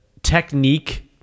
technique